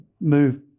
move